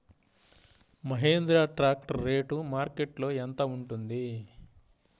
Mahindra tractor rate మార్కెట్లో యెంత ఉంటుంది?